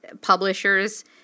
publishers